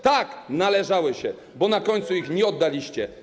Tak, należały się, bo na końcu ich nie oddaliście.